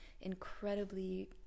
incredibly